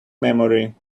memory